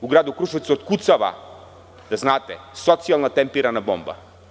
U gradu Kruševcu otkucava, da znate, socijalna tempirana bomba.